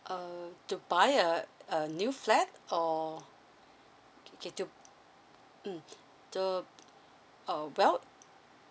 err to buy a a new flat or okay okay to mm to uh well